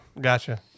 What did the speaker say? Gotcha